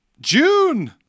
june